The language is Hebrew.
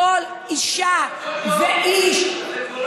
כל אישה ואיש, זה קורה כל יום.